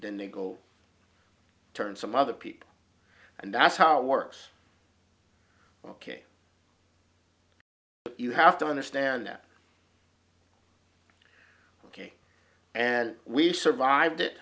then they go turn some other people and that's how it works ok but you have to understand that ok and we survived it